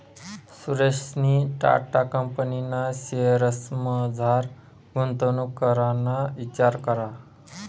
सुरेशनी टाटा कंपनीना शेअर्समझार गुंतवणूक कराना इचार करा